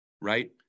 right